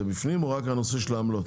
זה בפנים, או רק הנושא של העמלות?